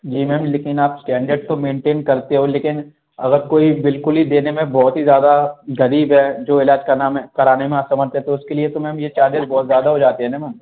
जी ma'am लेकिन आप standard तो मेनटेन करते हो लेकिन अगर कोई बिल्कुल ही देने में बहुत ही ज़्यादा गरीब है जो इलाज कराने में असमर्थ है तो उसके लिए तो मैम ये चार्जेस बहुत ज़्यादा हो जाते हैं ना मैम